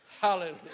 Hallelujah